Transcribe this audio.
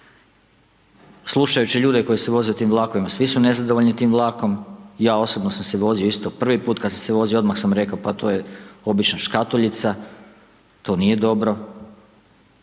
Slučajući ljude koji se voze tim vlakovima, svi su nezadovoljni tim vlakom, ja osobno sam se vozio isto, prvi put kad sam se vozio, odmah sam rekao pa to je obična škatuljica, to nije dobro.